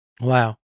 Wow